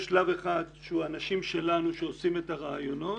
יש שלב אחד שהוא אנשים שלנו שעושים את הראיונות